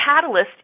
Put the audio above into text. catalyst